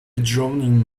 drowning